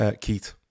Keith